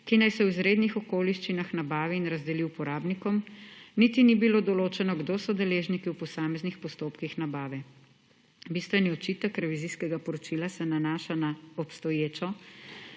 ki naj se v izrednih okoliščinah nabavi in razdeli uporabnikom, niti ni bilo določeno, kdo so deležniki v posameznih postopkih nabave Bistveni očitek revizijskega poročila se nanaša na obstoječo